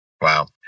Wow